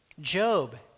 Job